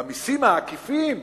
במסים העקיפים,